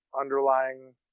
underlying